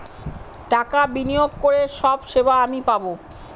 টাকা বিনিয়োগ করে সব সেবা আমি পাবো